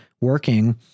working